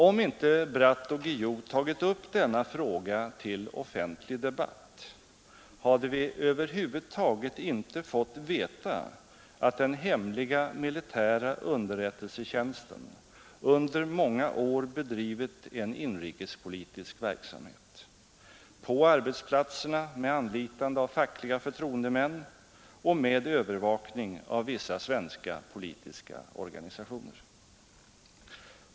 Om inte Bratt och Guillou tagit upp denna fråga till offentlig debatt hade vi över huvud taget inte fått veta att den hemliga militära underrättelsetjänsten under många år bedrivit en inrikespolitisk verksamhet, på arbetsplatserna med anlitande av fackliga förtroendemän och med övervakning av vissa svenska politiska organisationer.